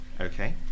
okay